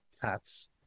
cats